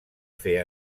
fer